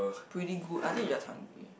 pretty good I think you just hungry